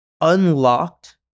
unlocked